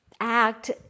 act